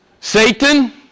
Satan